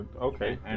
Okay